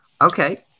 Okay